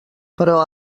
però